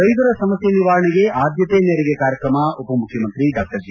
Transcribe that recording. ರೈತರ ಸಮಸ್ನೆ ನಿವಾರಣೆಗೆ ಆದ್ಭತೆ ಮೇರೆಗೆ ಕಾರ್ಯಕ್ರಮ ಉಪಮುಖ್ಚಮಂತ್ರಿ ಡಾ ಜಿ